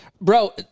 Bro